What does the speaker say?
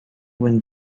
when